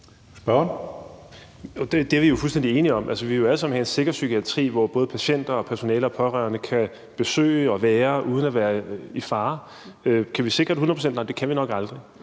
Det er vi jo fuldstændig enige om. Altså, vi vil jo alle sammen have en sikker psykiatri, hvor både patienter, personale og pårørende kan være og kan komme på besøg uden at være i fare. Kan vi sikre det hundrede procent? Nej, det kan vi nok aldrig